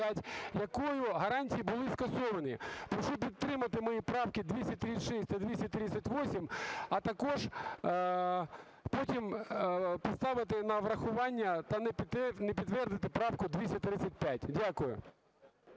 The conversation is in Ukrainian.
якою гарантії були скасовані. Прошу підтримати мої правки 236 та 238, а також потім поставити на врахування та не підтвердити правку 235. Дякую.